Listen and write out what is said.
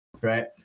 right